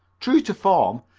true to form,